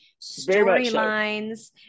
storylines